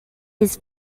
his